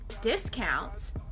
discounts